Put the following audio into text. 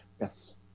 yes